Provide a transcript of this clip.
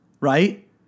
right